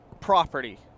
property